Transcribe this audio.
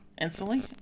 instantly